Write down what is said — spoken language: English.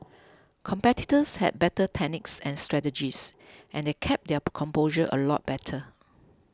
competitors had better techniques and strategies and they kept their composure a lot better